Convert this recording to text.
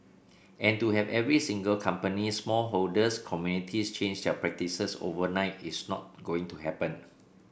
and to have every single company small holders communities change their practices overnight is not going to happen